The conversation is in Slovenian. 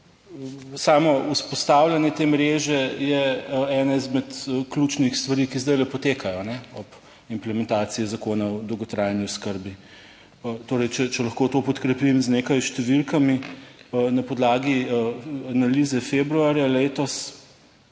samo vzpostavljanje te mreže je ena izmed ključnih stvari, ki zdaj potekajo ob implementaciji Zakona o dolgotrajni oskrbi. Torej, če lahko to podkrepim z nekaj številkami, na podlagi analize februarja letos